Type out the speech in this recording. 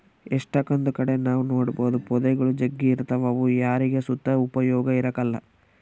ಎಷ್ಟಕೊಂದ್ ಕಡೆ ನಾವ್ ನೋಡ್ಬೋದು ಪೊದೆಗುಳು ಜಗ್ಗಿ ಇರ್ತಾವ ಅವು ಯಾರಿಗ್ ಸುತ ಉಪಯೋಗ ಇರಕಲ್ಲ